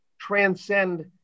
transcend